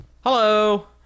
Hello